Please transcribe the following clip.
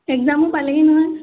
একজামো পালেহি নহয়